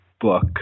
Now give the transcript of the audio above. book